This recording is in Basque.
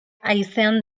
haizean